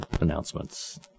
announcements